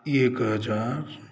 एक हजार